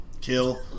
kill